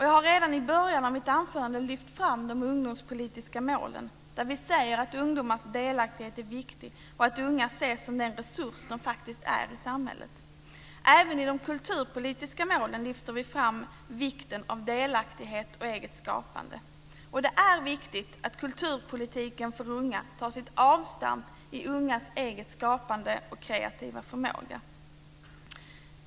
Jag har redan i början av mitt anförande lyft fram de ungdomspolitiska målen, där vi säger att ungdomars delaktighet är viktig, liksom att unga ses som den resurs i samhället de faktiskt är. Även i de kulturpolitiska målen lyfter vi fram vikten av delaktighet och eget skapande. Det är viktigt att kulturpolitiken för unga tar sitt avstamp i ungas eget skapande och egen kreativa förmåga.